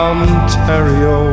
Ontario